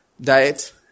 Diet